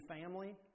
family